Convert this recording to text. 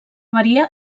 varia